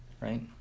right